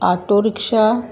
auto rickshaw